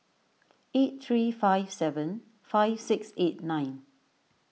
eight three five seven five six eight nine